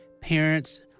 Parents